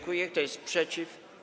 Kto jest przeciw?